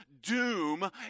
doom